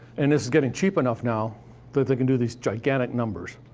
and this is getting cheap enough now that they can do these gigantic numbers.